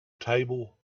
table